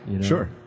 Sure